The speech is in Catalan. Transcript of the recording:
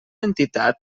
entitat